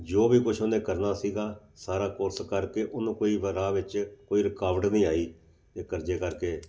ਜੋ ਵੀ ਕੁਛ ਉਹਨੇ ਕਰਨਾ ਸੀਗਾ ਸਾਰਾ ਕੋਰਸ ਕਰਕੇ ਉਹਨੂੰ ਕੋਈ ਵ ਰਾਹ ਵਿੱਚ ਕੋਈ ਰੁਕਾਵਟ ਨਹੀਂ ਆਈ ਅਤੇ ਕਰਜੇ ਕਰਕੇ